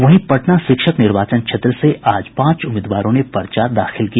वहीं पटना शिक्षक निर्वाचन क्षेत्र से आज पांच उम्मीदवारों ने पर्चा दाखिल किया